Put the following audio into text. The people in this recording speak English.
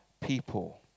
people